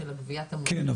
כן,